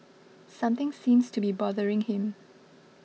something seems to be bothering him